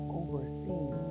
overseeing